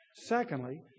Secondly